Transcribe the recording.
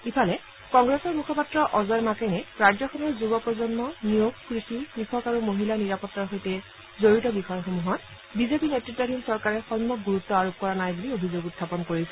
ইফালে কংগ্ৰেছৰ মুখপাত্ৰ অজয় মাকানে ৰাজ্যখনৰ যুৱ প্ৰজন্ম নিয়োগ কৃষি কৃষক আৰু মহিলাৰ নিৰাপত্তাৰ সৈতে জড়িত বিষয়সমূহত বিজেপি নেতৃতাধীন চৰকাৰে সম্যক গুৰুত্ব আৰোপ কৰা নাই বুলি অভিযোগ উখাপন কৰিছে